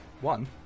One